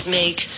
make